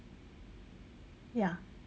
ya